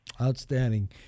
Outstanding